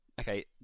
Okay